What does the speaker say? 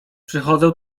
przychodzę